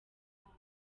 mwaka